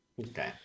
Okay